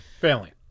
family